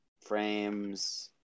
Frames